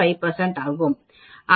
5 ஆகும்